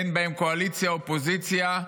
אין בהם קואליציה ואופוזיציה.